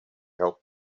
help